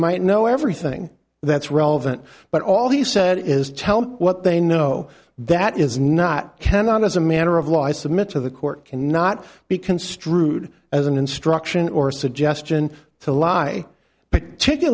might know everything that's relevant but all he said is tell me what they know that is not cannot as a matter of law i submit to the court cannot be construed as an instruction or suggestion to lie